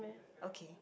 okay